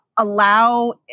allow